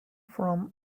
from